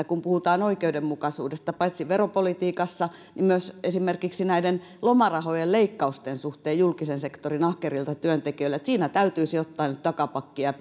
kun puhutaan oikeudenmukaisuudesta paitsi veropolitiikassa niin myös esimerkiksi näiden lomarahojen leikkausten suhteen julkisen sektorin ahkerilta työntekijöiltä olemme täällä sdpnä vaatineet esimerkiksi sitä että siinä täytyisi ottaa nyt takapakkia ja